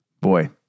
boy